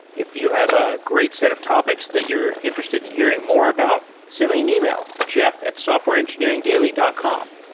if you have a great set of topics that you're interested in hearing more about, send me an email, jeff at softwareengineeringdaily dot com.